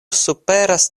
superas